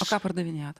o ką pardavinėjot